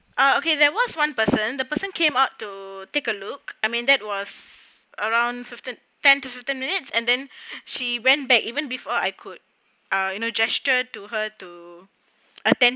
uh okay there was one person the person came out to take a look I mean that was around fifteen ten to fifteen minutes and then she went back even before I could uh you know gesture to her to attend